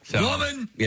Woman